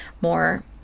more